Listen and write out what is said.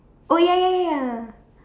oh ya ya ya